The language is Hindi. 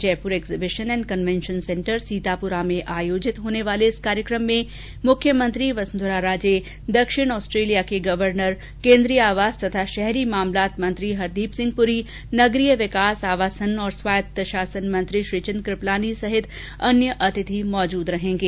Jaipur exhibition and convention centre Sitapura में आयोजित होने वाले इस कार्यक्रम में मुख्यमंत्री वसुंधरा राजे दक्षिण ऑस्ट्रेलिया के governor Hieu Van Le AC केंद्रीय आवास तथा शहरी मामलात मंत्री हरदीप सिंह पूरी नगरीय विकास आवासन और स्वायत्त शासन मंत्री श्रीचंद कृपलानी सहित अन्य अतिथि उपस्थित रहेंगे